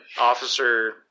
Officer